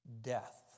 Death